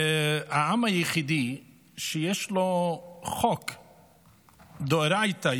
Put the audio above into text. העם היחיד שיש לו חוק דאורייתא,